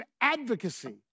advocacy